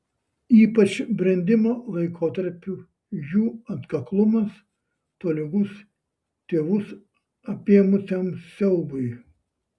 ypač brendimo laikotarpiu jų atkaklumas tolygus tėvus apėmusiam siaubui